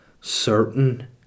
certain